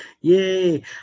yay